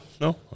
No